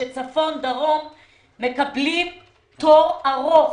שצפון ודרום מקבלים תור ארוך,